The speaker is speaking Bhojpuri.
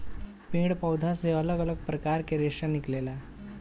पेड़ पौधा से अलग अलग प्रकार के रेशा निकलेला